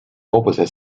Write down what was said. opposite